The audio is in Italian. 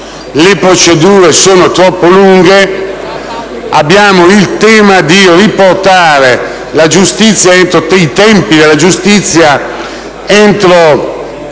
le procedure sono troppo lunghe e abbiamo la necessità di riportare i tempi della giustizia entro